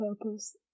Purpose